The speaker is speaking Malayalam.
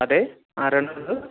അതെ ആരാണിത്